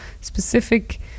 specific